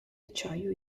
acciaio